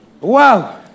Wow